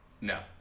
No